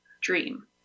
dream